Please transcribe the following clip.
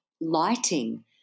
lighting